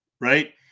right